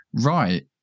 right